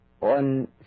on